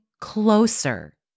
closer